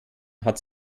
hat